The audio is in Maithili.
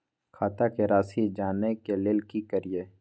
खाता के राशि जानय के लेल की करिए?